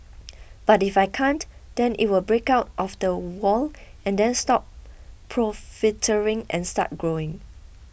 but if I can't then it will break out of the wall and then stop and start growing